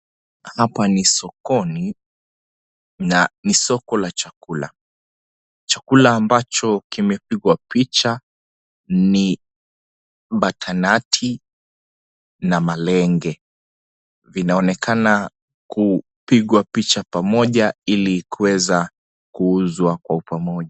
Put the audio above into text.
Hapa ni sokoni na ni soko la chakula, chakula ambacho kimepigwa picha ni batanati na malenge vinaonekana kupigwa picha pamoja ilikuweza kuuzwa kwa upamoja.